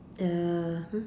err !huh!